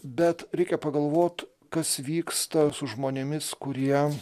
bet reikia pagalvot kas vyksta su žmonėmis kurie